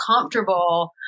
comfortable